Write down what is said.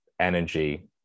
energy